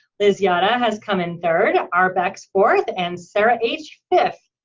liz yata has come in third. um rbecks fourth, and sarah h fifth.